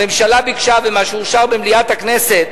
הממשלה ביקשה במה שאושר במליאת הכנסת,